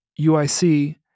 UIC